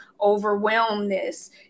overwhelmness